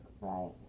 right